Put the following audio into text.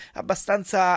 abbastanza